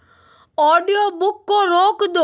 audio book को रोक दो